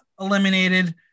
eliminated